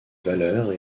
valeurs